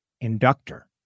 inductor